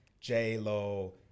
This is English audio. J-Lo